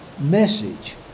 message